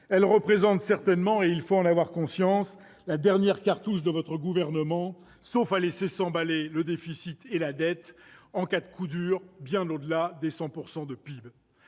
elles constituent certainement- il faut en avoir conscience -la dernière cartouche de votre gouvernement, sauf à laisser s'emballer le déficit et la dette, en cas de coup dur, bien au-delà des 100 % du PIB.